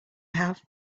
have